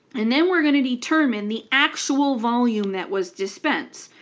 and then we're going to determine the actual volume that was dispensed,